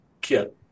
kit